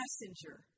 messenger